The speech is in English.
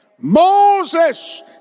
Moses